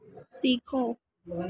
सीखो